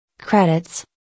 credits